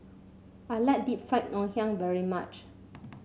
I like Deep Fried Ngoh Hiang very much